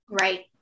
Right